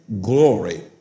glory